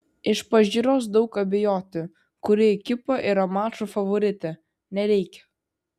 iš pažiūros daug abejoti kuri ekipa yra mačo favoritė nereikia